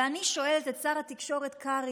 ואני שואלת את שר התקשורת קרעי: